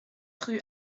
rue